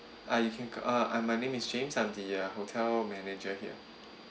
uh you can uh my name is james I'm the uh hotel manager here